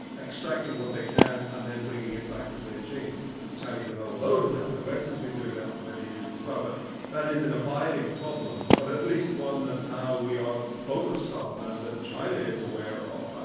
extracting what they can, and then bringing it back to beijing? but the chinese are not alone in that the west has been doing that for many years as well. but that is an abiding problem, but at least one that now we are focused on, and china is aware of.